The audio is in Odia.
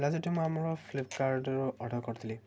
ହେଲା ମୁଁ ଆମର ଫ୍ଲିପକାର୍ଟରୁ ଅର୍ଡର କରିଥିଲି